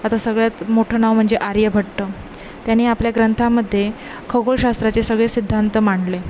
आता सगळ्यात मोठं नाव म्हणजे आर्यभट्ट त्याने आपल्या ग्रंथामध्ये खगोलशास्त्राचे सगळे सिद्धांत मांडले